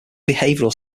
behavioral